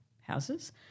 houses